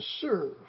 serve